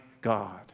God